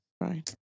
right